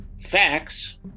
facts